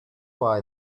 why